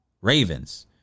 Ravens